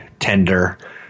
Tender